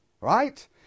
Right